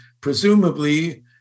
presumably